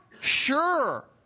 sure